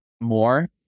more